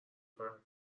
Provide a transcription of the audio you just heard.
کنن